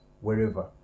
wherever